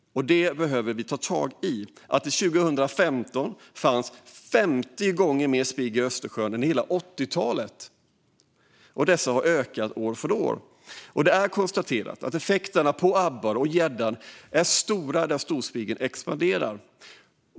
Det behöver vi ta tag i. År 2015 fanns det 50 gånger mer spigg i Östersjön än under hela 80-talet. De har ökat år för år. Och det är konstaterat att effekterna på abborre och gädda är stora där storspiggen expanderar.